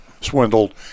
Swindled